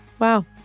Wow